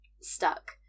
stuck